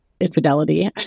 infidelity